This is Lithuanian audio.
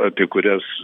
apie kurias